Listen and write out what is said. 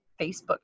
Facebook